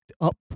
up